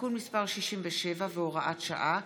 תיקון מס' 67 והוראת שעה),